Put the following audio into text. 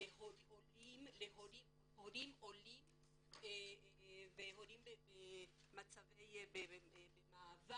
הורים עולים והורים במעבר.